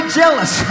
jealous